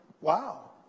wow